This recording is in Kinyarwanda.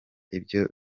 ibyo